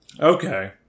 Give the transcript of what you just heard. Okay